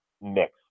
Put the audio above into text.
mix